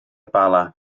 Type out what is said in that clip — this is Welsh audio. bala